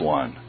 one